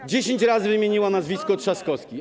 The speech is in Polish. i 10 razy wymieniła nazwisko: Trzaskowski.